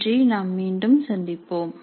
நன்றி நாம் மீண்டும் சந்திப்போம்